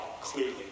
clearly